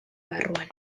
barruan